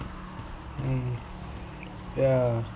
mm yeah